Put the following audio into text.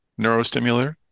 Neurostimulator